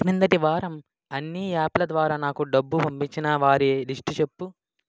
క్రిందటి వారం అన్ని యాప్ల ద్వారా నాకు డబ్బు పంపించిన వారి లిస్టు చెప్పు